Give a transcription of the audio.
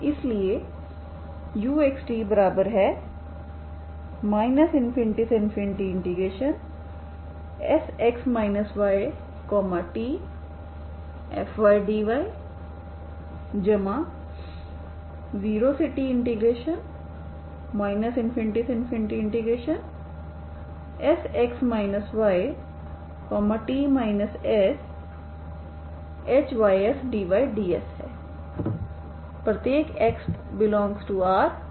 इसलिएuxt ∞Sx ytfdy0t ∞Sx yt shysdyds है ∀x∈R t0 के लिए